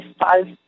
five